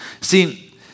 See